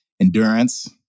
endurance